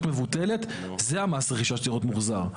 מבוטלת זה מס הרכישה שצריך להיות מוחזר.